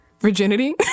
Virginity